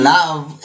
Love